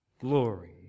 glory